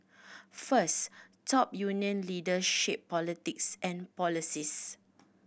first top union leaders shape politics and policies